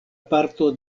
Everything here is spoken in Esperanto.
parto